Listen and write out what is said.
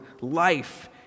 Life